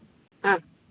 আচ্ছা